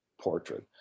portrait